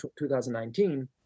2019